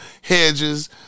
hedges